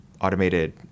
automated